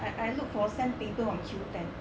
I I look for sand paper on Q ten